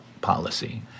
policy